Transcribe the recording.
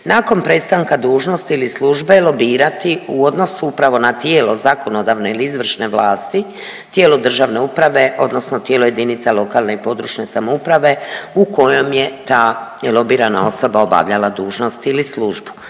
nakon prestanka dužnosti ili službe lobirati u odnosu upravo na tijelo zakonodavne ili izvršne vlasti, tijelo državne uprave odnosno tijelo jedinica lokalne i područne samouprave u kojom je ta lobirana obavljala dužnost ili službu,